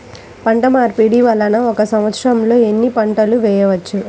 పంటమార్పిడి వలన ఒక్క సంవత్సరంలో ఎన్ని పంటలు వేయవచ్చు?